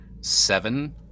seven